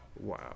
Wow